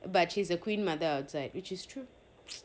but she's a queen mother outside which is true